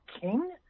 king